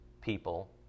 people